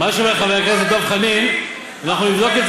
על כל פנים,